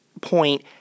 point